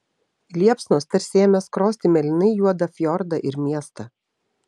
liepsnos tarsi ėmė skrosti mėlynai juodą fjordą ir miestą